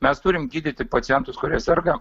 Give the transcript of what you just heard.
mes turim gydyti pacientus kurie serga